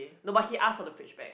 no but he asked for the fridge back